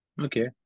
Okay